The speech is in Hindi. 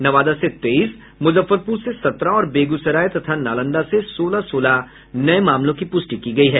नवादा से तेईस मुजफ्फरपुर से सत्रह और बेगूसराय तथा नालंदा से सोलह सोलह नये मामलों की पुष्टि की गयी है